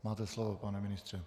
Máte slovo, pane ministře.